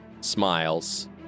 smiles